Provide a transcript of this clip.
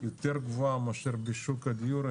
יותר גבוהה מאשר בשוק הדיור,